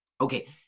okay